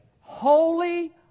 holy